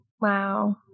Wow